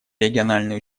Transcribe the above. региональные